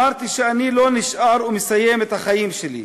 לא נשאר, ומסיים את החיים שלי".